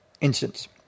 instance